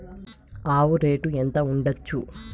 ఆవు రేటు ఎంత ఉండచ్చు?